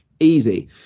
Easy